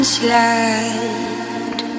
slide